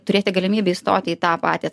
turėti galimybę įstoti į tą patį